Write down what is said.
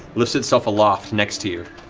lifts itself aloft next to you,